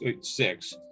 six